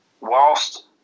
whilst